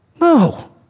No